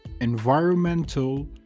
environmental